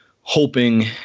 hoping